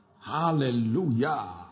Hallelujah